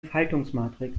faltungsmatrix